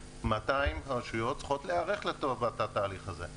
ה-200 הנותרות צריכות להיערך לטובת התהליך הזה.